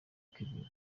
kevin